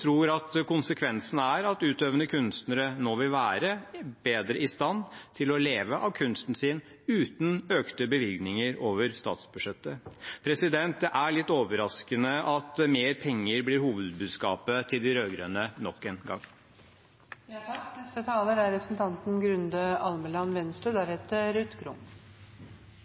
tror konsekvensene er at utøvende kunstnere nå vil være i bedre stand til å leve av kunsten sin, uten økte bevilgninger over statsbudsjettet. Det er litt overraskende at mer penger blir hovedbudskapet til de rød-grønne, nok en gang. Jeg må si at jeg synes det er